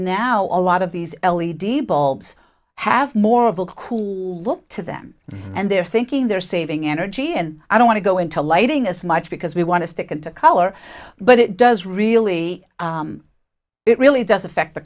now a lot of these ellie deeble have more of a cool look to them and they're thinking they're saving energy and i don't want to go into lighting as much because we want to stick into color but it does really it really does affect the